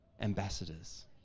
ambassadors